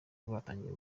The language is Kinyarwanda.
rwatangiye